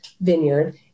vineyard